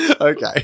okay